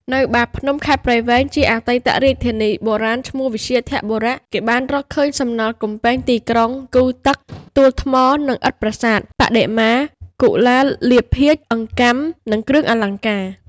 នៅបាភ្នំ ខេត្តព្រៃវែង ដែលជាអតីតរាជធានីបុរាណឈ្មោះ វ្យាធបុរៈ គេបានរកឃើញសំណល់កំពែងទីក្រុង គូទឹក ទួល ថ្មនិងឥដ្ឋប្រាសាទ បដិមា កុលាលភាជន៍ អង្កាំ និងគ្រឿងអលង្ការ។